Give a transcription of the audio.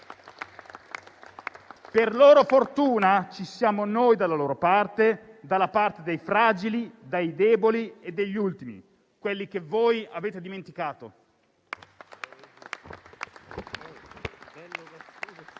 Per loro fortuna ci siamo noi dalla loro parte, dalla parte dei fragili, dei deboli e degli ultimi, quelli che voi avete dimenticato.